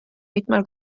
mitmel